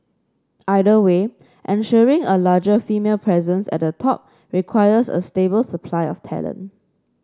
either way ensuring a larger female presence at the top requires a stable supply of talent